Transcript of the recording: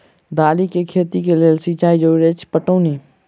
दालि केँ खेती केँ लेल सिंचाई जरूरी अछि पटौनी?